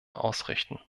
ausrichten